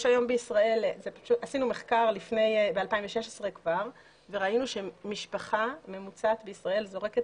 כבר בשנת 2016 עשינו מחקר וראינו שמשפחה ממוצעת בישראל זורקת